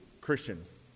Christians